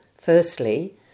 firstly